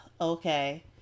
okay